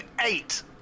eight